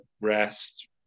rest